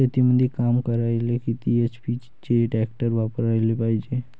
शेतीमंदी काम करायले किती एच.पी चे ट्रॅक्टर वापरायले पायजे?